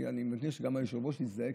אני מבין שגם היושב-ראש מזדהה,